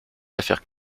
affaires